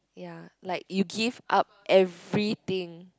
ya like you give up everything